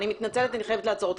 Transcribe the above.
אני מתנצלת אני חייבת לעצור אותך.